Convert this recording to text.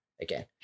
again